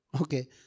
Okay